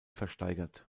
versteigert